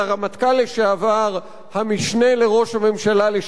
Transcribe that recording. המשנה לראש הממשלה לשעבר שאול מופז.